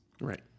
Right